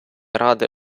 ради